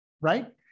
right